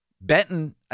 Benton